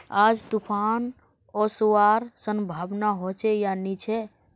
आज तूफ़ान ओसवार संभावना होचे या नी छे?